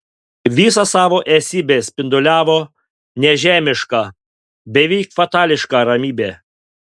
visą savo esybe spinduliavo nežemišką beveik fatališką ramybę